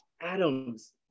Adams